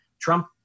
Trump